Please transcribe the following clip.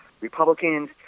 Republicans